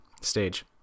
stage